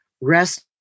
Rest